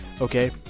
Okay